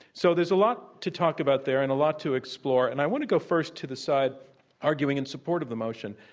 so there's a lot to talk about there and a lot to explore. and i want to go first to the side arguing in support of the motion.